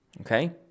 Okay